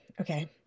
Okay